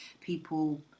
people